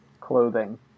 clothing